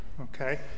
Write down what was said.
Okay